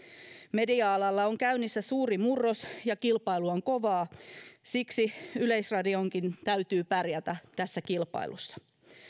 media alalla on käynnissä suuri murros ja kilpailu on kovaa siksi yleisradionkin täytyy pärjätä tässä kilpailussa